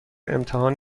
امتحان